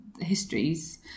histories